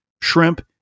shrimp